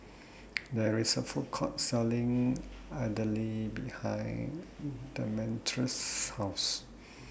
There IS A Food Court Selling Idili behind Demetrius' House